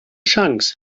chance